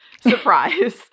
Surprise